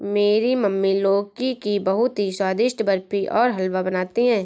मेरी मम्मी लौकी की बहुत ही स्वादिष्ट बर्फी और हलवा बनाती है